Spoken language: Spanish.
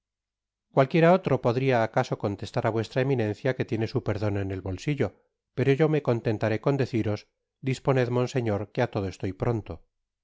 cualquiera otro podría acaso contestar á vuestra eminencia que tiene su perdon en el bolsillo pero o me contentaré con deciros disponed monseñor que á todo estoy pronto